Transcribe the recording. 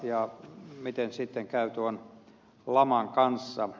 ja miten sitten käy tuon laman kanssa